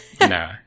No